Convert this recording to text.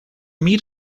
meat